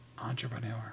Entrepreneur